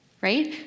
right